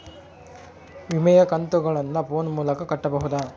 ವಿಮೆಯ ಕಂತುಗಳನ್ನ ಫೋನ್ ಮೂಲಕ ಕಟ್ಟಬಹುದಾ?